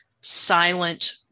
silent